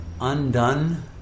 undone